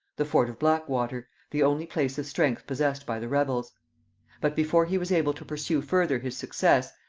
the fort of blackwater, the only place of strength possessed by the rebels but before he was able to pursue further his success,